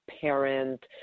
parent